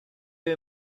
you